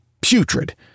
putrid